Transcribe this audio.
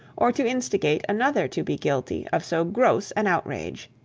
or to instigate another to be guilty, of so gross an outrage.